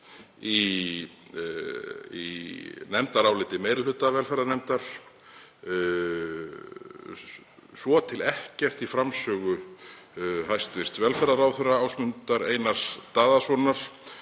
í nefndaráliti meiri hluta velferðarnefndar og svo til ekkert í framsögu hæstv. velferðarráðherra, Ásmundar Einars Daðasonar.